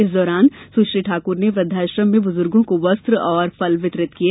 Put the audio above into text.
इस दौरान सुश्री ठाकुर ने वृद्वाश्राम में बुजुर्गों को वस्त्र और फल वितरित किये